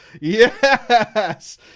Yes